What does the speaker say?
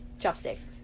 Chopsticks